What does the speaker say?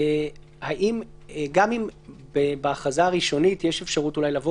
גם אם בהכרזה הראשונית יש אפשרות אולי לבוא